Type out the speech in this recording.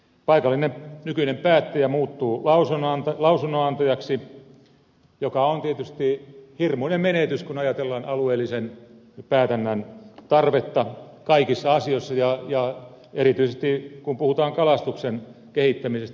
paikallinen nykyinen päättäjä muuttuu lausunnonantajaksi mikä on tietysti hirmuinen menetys kun ajatellaan alueellisen päätännän tarvetta kaikissa asioissa ja erityisesti kun puhutaan kalastuksen kehittämisestä